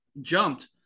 jumped